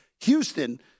Houston